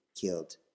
killed